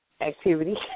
activity